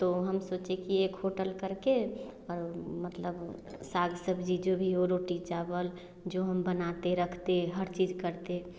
तो हम सोचे की एक होटल करके और मतलब साग सब्ज़ी जो भी हो रोटी चावल जो हम बनाते रखते हर चीज़ करते